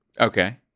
okay